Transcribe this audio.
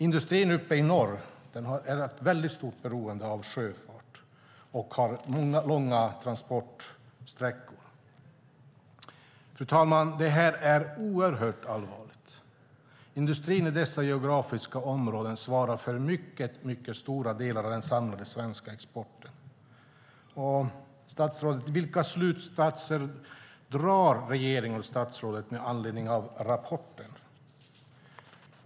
Industrin i norr är mycket beroende av sjöfart. Den har många och långa transportsträckor. Fru talman! Det här är oerhört allvarligt. Industrin i dessa geografiska områden svarar för mycket stora delar av den samlade svenska exporten. Vilka slutsatser drar regeringen och statsrådet med anledning av rapporten?